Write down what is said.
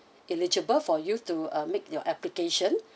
eligible for you to uh make your application